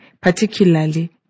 particularly